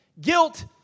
Guilt